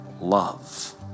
love